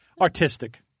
artistic